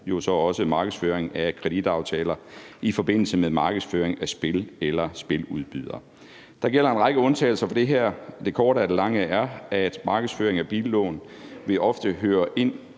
jo så også markedsføringen af kreditaftaler i forbindelse med markedsføringen af spil eller spiludbydere. Der gælder en række undtagelser for det her, men det korte af det lange er, at markedsføringen af billån ofte vil høre ind